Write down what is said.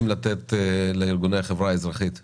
ניתן לארגוני החברה האזרחית להשמיע.